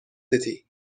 city